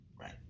right